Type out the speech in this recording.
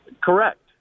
correct